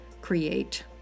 create